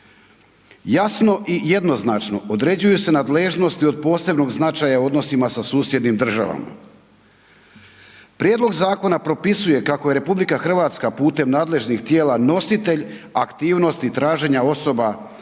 Jasno i jednoznačno određuju se nadležnosti od posebnog značaja u odnosima sa susjednim državama. Prijedlog zakona propisuje kako je RH putem nadležnih tijela nositelj aktivnosti traženja osoba